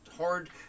hard